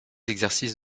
exercices